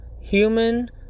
Human